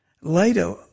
later